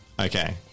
Okay